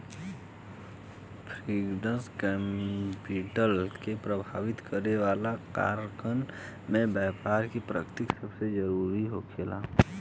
fixed capital के प्रभावित करे वाला कारकन में बैपार के प्रकृति सबसे जरूरी होखेला